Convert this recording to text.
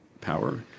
power